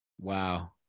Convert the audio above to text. Wow